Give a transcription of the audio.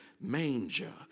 manger